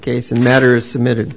case in matters submitted